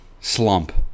slump